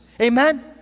Amen